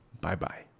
Bye-bye